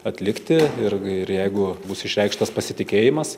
atlikti ir ir jeigu bus išreikštas pasitikėjimas